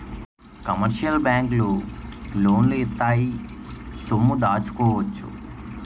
commercial బ్యాంకులు లోన్లు ఇత్తాయి సొమ్ము దాచుకోవచ్చు